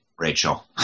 Rachel